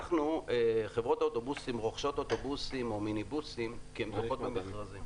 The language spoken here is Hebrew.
חברות האוטובוסים רוכשות אוטובוסים או מיניבוסים כי הן זוכות במכרזים.